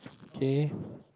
K